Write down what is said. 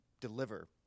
deliver